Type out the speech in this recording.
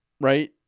Right